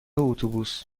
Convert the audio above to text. اتوبوس